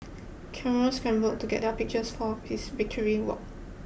Camera scramble to get up pictures for his victory walk